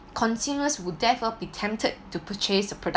consumers would therefore be tempted to purchase